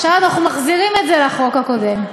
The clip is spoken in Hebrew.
עכשיו אנחנו מחזירים את זה לחוק הקודם.